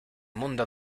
mundo